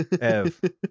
ev